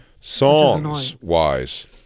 Songs-wise